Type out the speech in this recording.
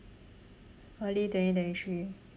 early twenty twenty three